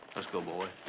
let's go, boys.